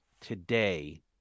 today